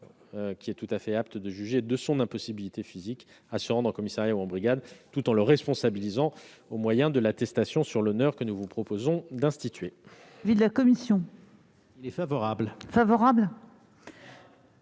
qui est tout à fait apte à juger de son impossibilité physique à se rendre en commissariat ou en brigade, tout en le responsabilisant au moyen de l'attestation sur l'honneur. Quel est l'avis de